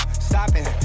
stopping